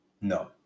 No